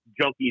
junkies